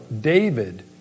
David